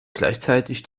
gleichzeitig